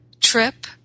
trip